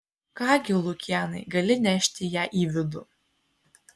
ką gi lukianai gali nešti ją į vidų